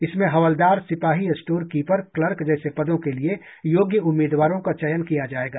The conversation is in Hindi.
इसमें हवलदार सिपाही स्टोरकीपर क्लर्क जैसे पदों के लिए योग्य उम्मीदवारों का चयन किया जाएगा